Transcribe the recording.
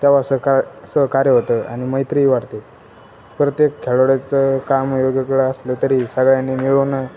तेंव्हा सहकार सहकार्य होतं आणि मैत्र्री वाढते प्रत्येक खेळाडूचं काम येगयेगळं असलं तरी सगळ्यांनी मिळवणं